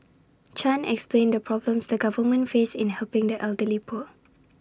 chan explained the problems the government face in helping the elderly poor